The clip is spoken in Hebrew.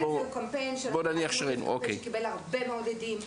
לקמפיין שהעלינו היו הרבה מאוד הדים.